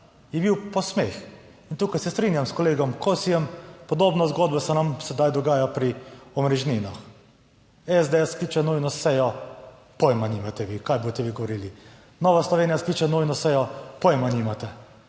je bil posmeh. In tukaj se strinjam s kolegom Kosijem, podobna zgodba se nam sedaj dogaja pri omrežninah. SDS skliče nujno sejo, pojma nimate, kaj boste govorili. Nova Slovenija skliče nujno sejo, pojma nimate.